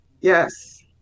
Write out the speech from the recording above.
Yes